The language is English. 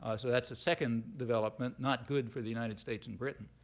ah so that's a second development, not good for the united states and britain.